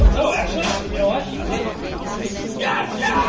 oh, actually, you know what? i think gotcha!